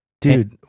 Dude